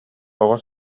оҕо